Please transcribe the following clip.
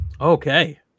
Okay